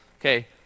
Okay